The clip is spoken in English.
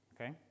Okay